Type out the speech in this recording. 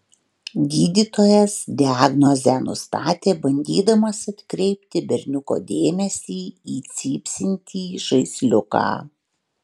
gydytojas diagnozę nustatė bandydamas atkreipti berniuko dėmesį į cypsintį žaisliuką